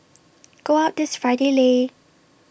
go out this Friday Lei